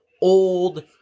old